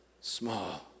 small